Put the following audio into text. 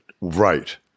right